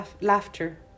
laughter